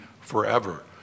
forever